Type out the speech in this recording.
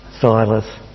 Silas